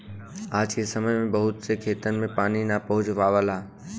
आज के समय में बहुत से खेतन में पानी ना पहुंच पावला